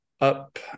up